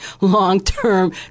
long-term